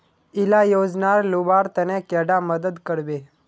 इला योजनार लुबार तने कैडा मदद करबे?